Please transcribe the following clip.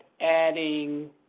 adding